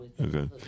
Okay